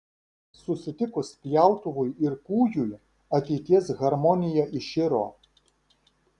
susitikus pjautuvui ir kūjui ateities harmonija iširo